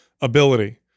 ability